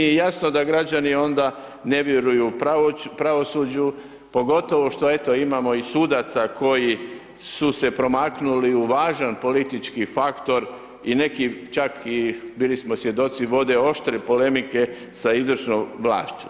Jasno da građani onda ne vjeruju pravosuđu, pogotovo što eto, imamo i sudaca koji su se promaknuli u važan politički faktor i neki čak i bili smo svjedoci, vode oštre polemike sa izvršnom vlašću.